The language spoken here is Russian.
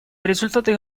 результаты